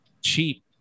cheap